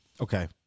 Okay